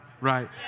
right